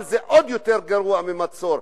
אבל זה עוד יותר גרוע ממצור,